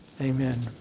Amen